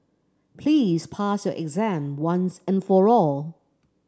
please pass your exam once and for all